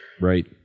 Right